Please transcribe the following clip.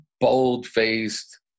bold-faced